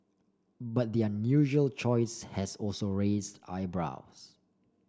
but the unusual choice has also raised eyebrows